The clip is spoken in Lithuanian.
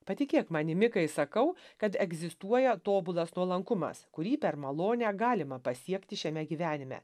patikėk manimi kai sakau kad egzistuoja tobulas nuolankumas kurį per malonę galima pasiekti šiame gyvenime